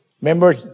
Remember